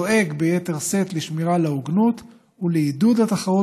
דואג ביתר שאת לשמירה על ההוגנות ולעידוד התחרות